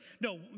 no